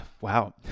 Wow